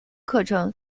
课程